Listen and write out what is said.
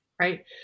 right